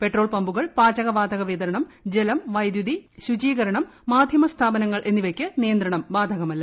petrol പമ്പുകൾ പാചക വാതക വിതരണം ജലം വൈദ്യുതി ശുചീകരണം മാധ്യമ സ്ഥാപനങ്ങൾ എന്നിവയ്ക്ക് നിയന്ത്രണം ബാധകമല്ല